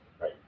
Right